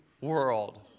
world